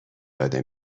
داده